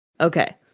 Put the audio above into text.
Okay